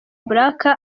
black